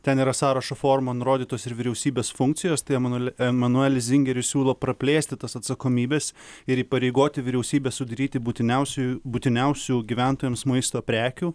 ten yra sąrašo forma nurodytos ir vyriausybės funkcijos tai emanueli emanuelis zingeris siūlo praplėsti tas atsakomybes ir įpareigoti vyriausybę sudaryti būtiniausiųjų būtiniausių gyventojams maisto prekių